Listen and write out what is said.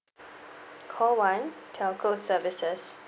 call one telco services